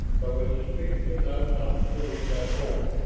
but was suspicious enough not to release that hold,